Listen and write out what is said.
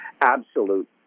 absolute